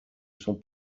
son